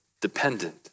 dependent